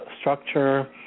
structure